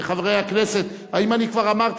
חברי הכנסת, האם אני כבר אמרתי?